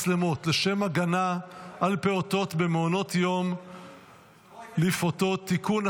מצלמות לשם הגנה על פעוטות במעונות יום לפעוטות (תיקון),